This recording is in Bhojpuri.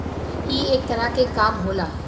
ई एक तरह के काम होला